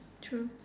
true